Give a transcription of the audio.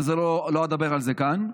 ולא אדבר על זה כאן.